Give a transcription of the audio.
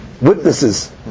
witnesses